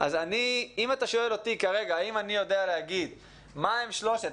אז אם אתה שואל אותי כרגע אם אני יודע להגיד מה הם שלושת,